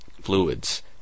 fluids